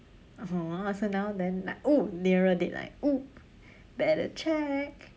orh so now then like oh nearer date like oh better check